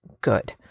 good